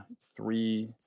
three